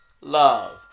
love